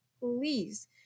Please